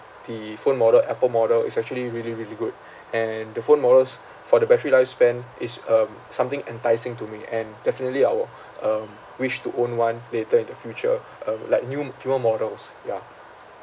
the phone model apple model is actually really really good and the phone models for the battery lifespan is um something enticing to me and definitely I will um wish to own one later in the future um like new~ newer models ya